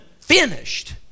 finished